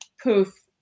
poof